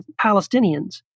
Palestinians